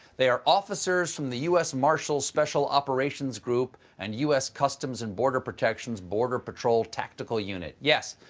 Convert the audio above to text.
they are officers from the u s. marshals special operations group and u s. customs and border protection's border patrol tactical unit. yes,